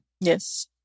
Yes